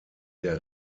der